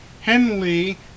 Henley